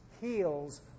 heals